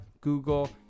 Google